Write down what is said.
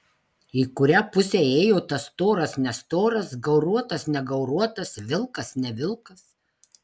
į kurią pusę ėjo tas storas nestoras gauruotas negauruotas vilkas ne vilkas